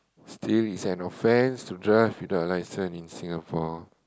still it's an offence to drive without a license in Singapore